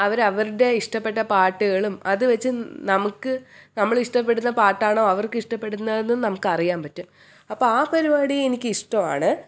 അവർ അവരുടെ ഇഷ്ടപ്പെട്ട പാട്ടുകളും അതു വെച്ച് നമുക്ക് നമ്മളിഷ്ടപ്പെടുന്ന പാട്ടാണോ അവർക്കിഷ്ടപ്പെടുന്നതെന്ന് നമുക്കറിയാൻ പറ്റും അപ്പോൾ ആ പരിപാടി എനിക്കിഷ്ടമാണ്